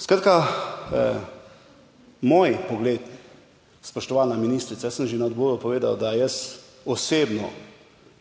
Skratka, moj pogled, spoštovana ministrica, jaz sem že na odboru povedal, da jaz osebno